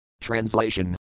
Translation